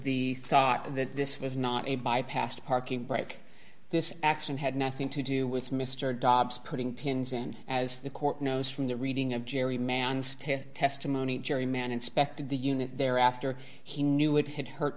the thought that this was not a bypassed parking brake this accident had nothing to do with mr dobbs putting pins and as the court knows from the reading of jerry mans to testimony jerry mann inspected the unit there after he knew it had hurt